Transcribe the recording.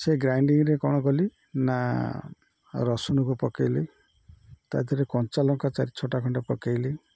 ସେ ଗ୍ରାଇଣ୍ଡିଙ୍ଗରେ କ'ଣ କଲି ନା ରସୁଣକୁ ପକାଇଲି ତାଧିଅରେ କଞ୍ଚାଲଙ୍କା ଚାରି ଛଅଟା ଖଣ୍ଡେ ପକାଇଲି